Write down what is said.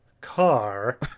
car